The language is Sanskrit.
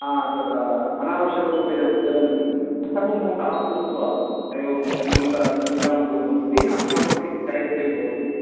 तत्र अनावश्यकरूपेण ज्वलन्ति तद् सर्वं भवन्तः आफ़् कृत्त्वा एवं भवन्तः निद्रां कुर्वन्तु तेन अस्माकं करेण्ट् सेव् भवति